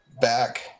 back